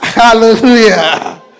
hallelujah